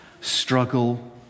struggle